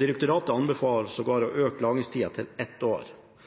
Direktoratet anbefaler sågar å øke lagringstida til ett år.